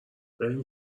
بریم